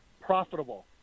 profitable